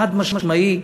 חד-משמעי.